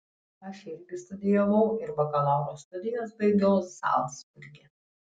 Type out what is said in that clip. aš irgi studijavau ir bakalauro studijas baigiau zalcburge